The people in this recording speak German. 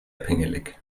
pingelig